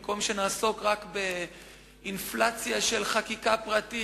במקום שנעסוק רק באינפלציה של חקיקה פרטית